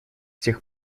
тех